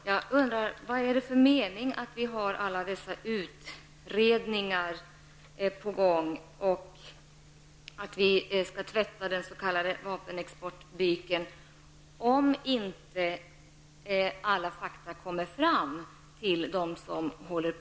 Herr talman! Vad är det för mening med alla utredningar och uttalanden om att vi skall tvätta den s.k. vapenexportbyken om inte alla fakta kommer fram till dem som utreder?